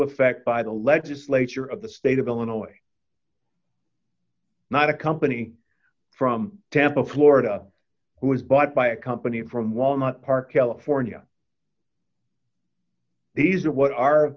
effect by the legislature of the state of illinois not a company from tampa florida who was bought by a company from walnut park ala fornia these are what